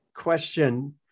question